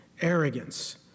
arrogance